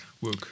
work